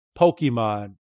Pokemon